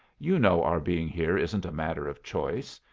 you know our being here isn't a matter of choice.